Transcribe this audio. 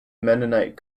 mennonite